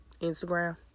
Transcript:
Instagram